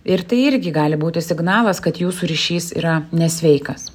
ir tai irgi gali būti signalas kad jūsų ryšys yra nesveikas